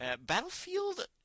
Battlefield